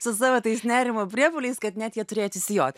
su savo tais nerimo priepuoliais kad net jie turėjo atsisijot